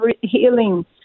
healing